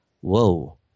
Whoa